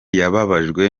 yababajwe